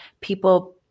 people